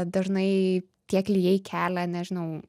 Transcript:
dažnai tie klijai kelia nežinau